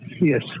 Yes